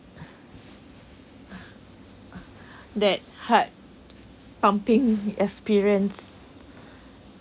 that heart pumping experience